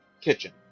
kitchen